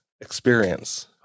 experience